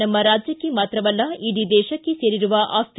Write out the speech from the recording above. ನಮ್ಮ ರಾಜ್ಯಕ್ಕೆ ಮಾತ್ರವಲ್ಲ ಇಡೀ ದೇಶಕ್ಕೆ ಸೇರಿರುವ ಆಸ್ತಿ